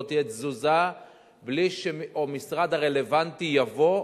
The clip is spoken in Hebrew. לא תהיה תזוזה בלי שהמשרד הרלוונטי יבוא,